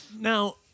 Now